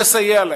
ותסייע להם.